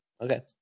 Okay